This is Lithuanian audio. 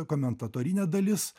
komentatorinė dalis